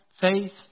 faith